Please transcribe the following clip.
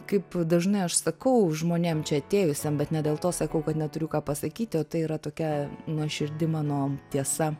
kaip dažnai aš sakau žmonėm čia atėjusiem bet ne dėl to sakau kad neturiu ką pasakyti o tai yra tokia nuoširdi mano tiesa